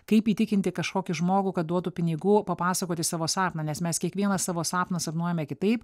kaip įtikinti kažkokį žmogų kad duotų pinigų papasakoti savo sapną nes mes kiekvienas savo sapną sapnuojame kitaip